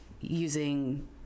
using